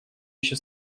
еще